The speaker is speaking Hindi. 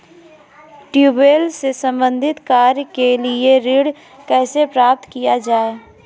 ट्यूबेल से संबंधित कार्य के लिए ऋण कैसे प्राप्त किया जाए?